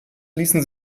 ließen